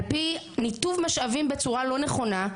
על פי ניתוב משאבים בצורה לא נכונה,